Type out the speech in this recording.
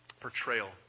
portrayal